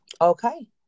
Okay